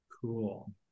Cool